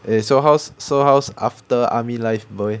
and so how's so how's after army life boy